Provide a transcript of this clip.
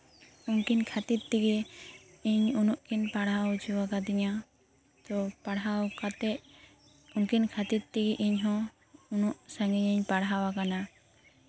ᱩᱱᱠᱤᱱ ᱠᱷᱟᱹᱛᱤᱨ ᱛᱮᱜᱮ ᱤᱧ ᱩᱱᱟᱹᱜ ᱠᱤᱱ ᱯᱟᱲᱦᱟᱣ ᱦᱚᱪᱚ ᱟᱠᱟᱫᱤᱧᱟᱹ ᱛᱚ ᱯᱟᱲᱦᱟᱣ ᱠᱟᱛᱮᱫ ᱩᱱᱠᱤᱱ ᱠᱷᱟᱹᱛᱤᱨ ᱛᱮᱜᱮ ᱤᱧ ᱦᱚ ᱩᱱᱟᱹᱜ ᱥᱟᱺᱜᱤᱧ ᱤᱧ ᱯᱟᱲᱦᱟᱣ ᱟᱠᱟᱱᱟ